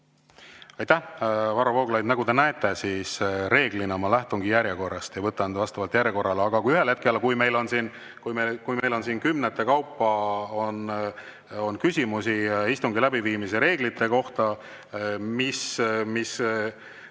Aitäh, Varro Vooglaid! Nagu te näete, reeglina ma lähtungi järjekorrast ja võtan vastavalt järjekorrale. Aga kui ühel hetkel on meil siin kümnete kaupa küsimusi istungi läbiviimise reeglite kohta, mis ei